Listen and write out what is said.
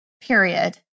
period